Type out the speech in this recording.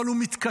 אבל הוא מתכתב,